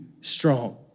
strong